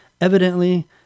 evidently